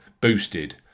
boosted